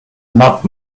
not